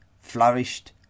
flourished